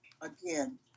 again